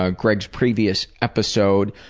ah greg's previous episode,